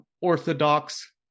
Orthodox